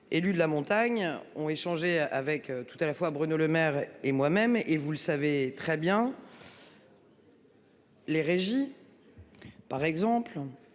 Élus de la montagne ont échangé avec tout à la fois Bruno Lemaire et moi même et vous le savez très bien. Les régies. Par exemple